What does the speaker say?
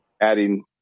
adding